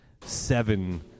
seven